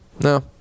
No